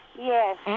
Yes